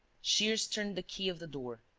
shears turned the key of the door,